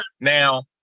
Now